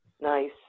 Nice